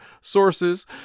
sources